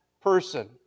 person